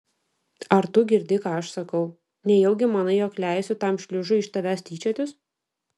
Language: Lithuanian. ar tu girdi ką aš sakau nejaugi manai jog leisiu tam šliužui iš tavęs tyčiotis